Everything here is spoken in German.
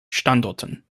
standorten